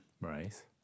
Right